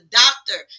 doctor